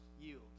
yield